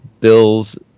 Bill's